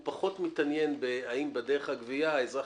הוא פחות מתעניין אם בדרך הגבייה האזרח